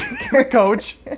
Coach